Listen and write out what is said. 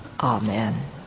Amen